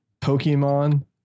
Pokemon